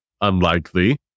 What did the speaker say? unlikely